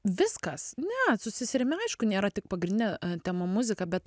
viskas ne su seserimi aišku nėra tik pagrindinė tema muzika bet